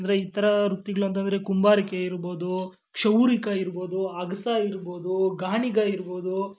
ಅಂದರೆ ಇತರ ವೃತ್ತಿಗ್ಳು ಅಂತಂದರೆ ಕುಂಬಾರಿಕೆ ಇರ್ಬೋದು ಕ್ಷೌರಿಕ ಇರ್ಬೋದು ಅಗಸ ಇರ್ಬೋದು ಗಾಣಿಗ ಇರ್ಬೋದು